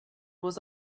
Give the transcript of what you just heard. was